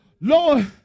Lord